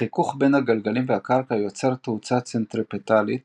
החיכוך בין הגלגלים והקרקע יוצר תאוצה צנטריפטלית